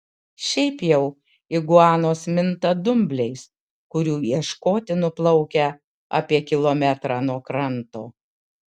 šiaip jau iguanos minta dumbliais kurių ieškoti nuplaukia apie kilometrą nuo kranto